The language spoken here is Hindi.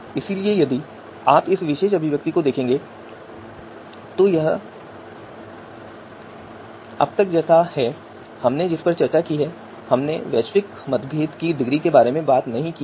इसलिए यदि आप इस विशेष अभिव्यक्ति को देखते हैं तो यह अब तक जैसा है हमने जिस पर चर्चा की है हमने वैश्विक मतभेद की डिग्री के बारे में बात नहीं की है